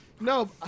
No